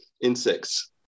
Insects